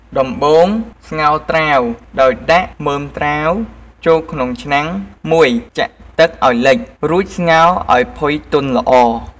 ដំបូងស្ងោរត្រាវ ដោយដាក់មើមត្រាវចូលក្នុងឆ្នាំងមួយចាក់ទឹកឱ្យលិច រួចស្ងោរឱ្យផុយទន់ល្អ។